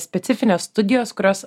specifinės studijos kurios